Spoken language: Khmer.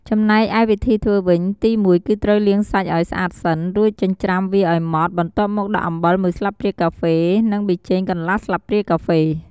ចំណែកឯវិធីធ្វើវិញ ទី១គឺត្រូវលាងសាច់ឱ្យស្អាតសិន រួចចិញ្ជ្រាំវាឱ្យម៉ដ្ឋ បន្ទាប់មកដាក់អំបិលមួយស្លាបព្រាកាហ្វេ និង ប៊ីចេងកន្លះស្លាបព្រាកាហ្វេ។